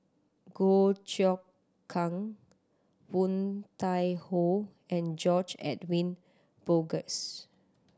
Goh Choon Kang Woon Tai Ho and George Edwin Bogaars